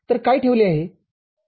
तरकाय ठेवले आहे